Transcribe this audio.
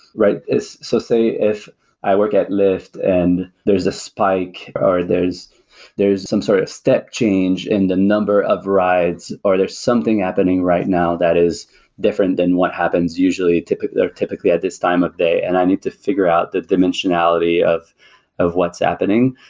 right? so say if i work at lyft and there's a spike, or there's there's some sort of step change in the number of rides, or there's something happening right now that is different than what happens usually, or typically at this time of day and i need to figure out the dimensionality of of what's happening,